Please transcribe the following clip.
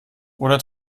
oder